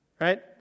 right